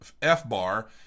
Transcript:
FBAR